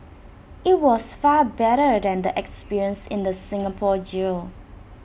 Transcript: IT was far better than the experience in the Singapore jail